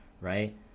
right